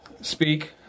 Speak